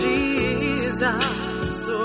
Jesus